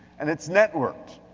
and it's networked.